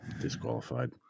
Disqualified